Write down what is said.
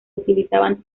utilizaban